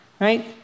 right